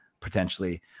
potentially